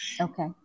Okay